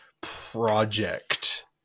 project